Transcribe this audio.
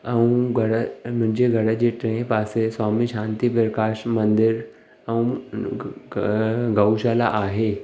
ऐं घर मुंहिंजे घर जे टे पासे स्वामी शांति प्रकाश मंदरु ऐं गऊशाला आहे